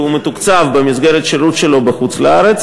שמוקצבים לו במסגרת השירות שלו בחוץ-לארץ.